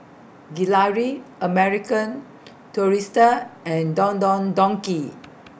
Gelare American Tourister and Don Don Donki